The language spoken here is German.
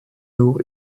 nur